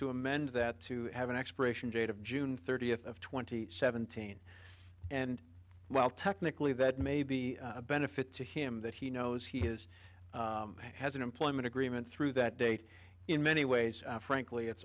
to amend that to have an expiration date of june thirtieth of twenty seventeen and well technically that may be a benefit to him that he knows he has has an employment agreement through that date in many ways frankly it's